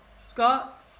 scott